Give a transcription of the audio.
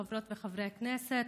חברות וחברי הכנסת,